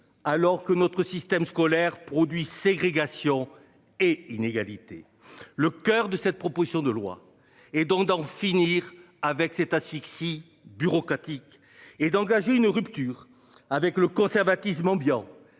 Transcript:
Alors que notre système scolaire produit ségrégation et inégalités. Le coeur de cette proposition de loi et d'en d'en finir avec cette asphyxie bureaucratique et d'engager une rupture avec le conservatisme ambiant.